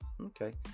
Okay